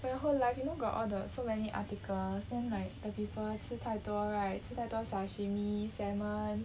for your whole life you know got all the so many articles then like when people 吃太多 right 吃太多 sashimi salmon